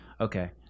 Okay